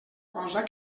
cosa